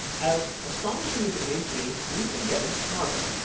as astonishing as it may seem, we've been getting smarter.